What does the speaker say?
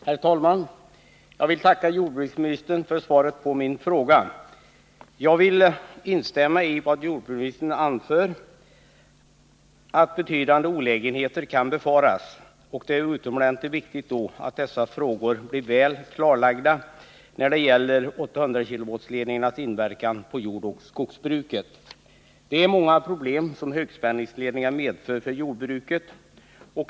Herr talman! Jag vill tacka jordbruksministern för svaret på min fråga. Jag instämmer i vad jordbruksministern anför om att betydande olägenheter kan befaras. Det är då utomordentligt viktigt att frågan om 800 kV-ledningarnas inverkan på jordoch skogsbruket blir väl klarlagda. Det är många problem som högspänningsledningarna medför för jordbruket.